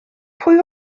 pwy